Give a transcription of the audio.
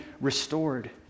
restored